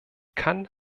kann